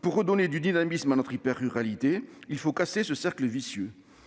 Pour redonner du dynamisme à notre hyper-ruralité, il faut rompre ce cercle vicieux.